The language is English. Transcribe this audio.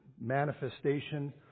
manifestation